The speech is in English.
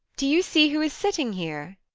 do you see who is sitting here?